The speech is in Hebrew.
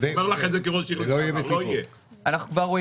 אומר לך את זה כראש עיר --- אנחנו כבר רואים